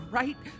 right